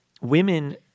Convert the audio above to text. Women